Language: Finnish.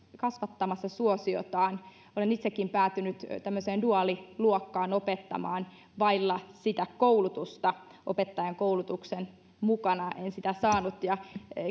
kasvattamassa suosiotaan olen itsekin päätynyt tämmöiseen duaaliluokkaan opettamaan vailla sitä koulutusta opettajankoulutuksen mukana en sitä saanut ja